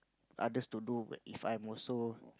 others to do if I'm also